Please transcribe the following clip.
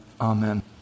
amen